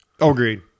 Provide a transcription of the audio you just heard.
Agreed